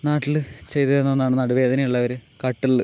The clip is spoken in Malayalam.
നാട്ടിൽ ചെയ്ത് വരുന്നതാണ് നടുവ് വേദന ഉള്ളവർ കട്ടിലിൽ